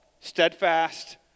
steadfast